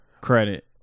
credit